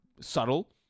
subtle